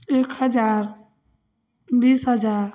एक हजार बीस हजार